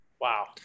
Wow